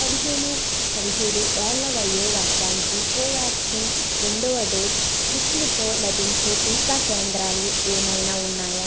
పదిహేను పదిహేడు ఏళ్ళ వయో వర్గానికి కోవ్యాక్సిన్ రెండవ డోస్ రుసుముతో లభించే టీకా కేంద్రాలు ఏమైనా ఉన్నాయా